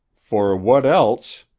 for what else,